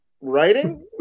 writing